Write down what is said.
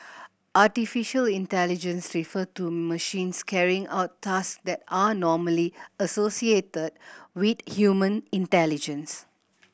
artificial intelligence refer to machines carrying out task that are normally associated with human intelligence